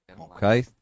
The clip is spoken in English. Okay